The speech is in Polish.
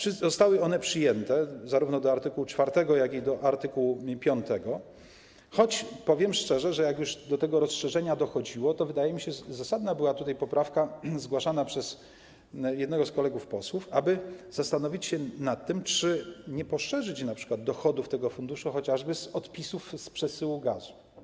Zostały one jednak przyjęte, zarówno do art. 4, jak i do art. 5, choć powiem szczerze, że jak już do tego rozszerzenia dochodziło, to, wydaje mi się, zasadna była tutaj poprawka zgłaszana przez jednego z kolegów posłów, aby zastanowić się nad tym, czy nie poszerzyć np. dochodów tego funduszu chociażby z odpisów z przesyłu gazu.